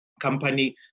company